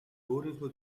өөрийнхөө